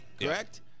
correct